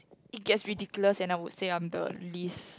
it gets ridiculous and I would say I'm the least